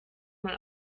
mal